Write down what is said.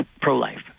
pro-life